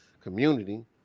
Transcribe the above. community